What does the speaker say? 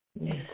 Yes